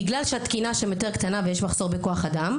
בגלל שהתקינה שם יותר קטנה ויש מחסור בכוח אדם,